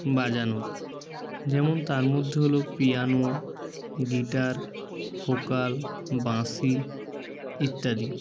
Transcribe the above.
বাজানোর যেমন তার মধ্যে হলো পিয়ানো গিটার ভোকাল বাঁশি ইত্যাদি